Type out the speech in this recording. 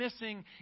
missing